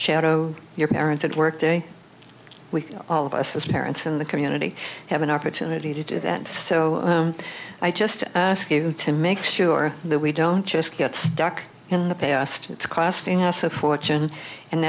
shadow your parent at work day with all of us as parents and the community have an opportunity to do that so i just ask you to make sure that we don't just get stuck in the past it's costing us a fortune and